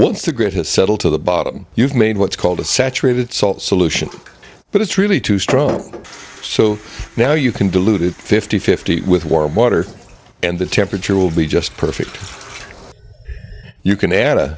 grit has settled to the bottom you've made what's called a saturated salt solution but it's really too strong so now you can dilute it fifty fifty with warm water and the temperature will be just perfect you can add a